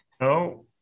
No